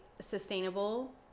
sustainable